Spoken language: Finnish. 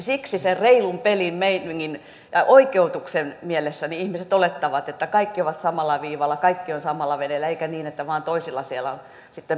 siksi sen reilun pelin meiningin oikeutuksen mielessä ihmiset olettavat että kaikki ovat samalla viivalla kaikki ovat samassa veneessä eikä niin että vain toisilla siellä on pelastusliivit